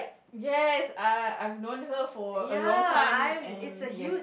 yes uh I've known her for a long time and yes